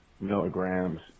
milligrams